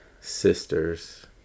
sisters